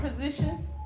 position